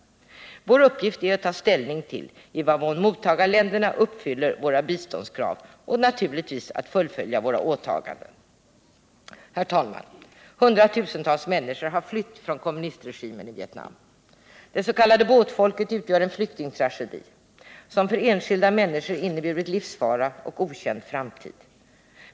Vår uppgift är att ta ställning till i vad mån mottagarländerna uppfyller våra biståndskrav och naturligtvis att fullfölja våra åtaganden. Herr talman! Hundratusentals människor har flytt från kommunistregimen i Vietnam. Det s.k. båtfolkets öde utgör en flyktingtragedi, som för enskilda människor inneburit livsfara och okänd framtid.